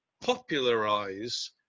popularize